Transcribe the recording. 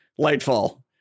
Lightfall